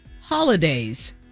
holidays